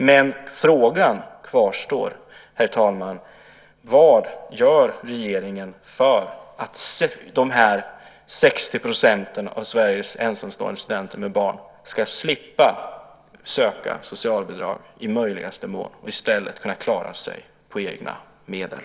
Men frågan kvarstår, herr talman: Vad gör regeringen för att dessa 60 % av Sveriges ensamstående studenter med barn i möjligaste mån ska slippa söka socialbidrag och i stället kunna klara sig på egna medel?